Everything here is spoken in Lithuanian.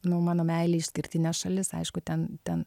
nu mano meilė išskirtinė šalis aišku ten ten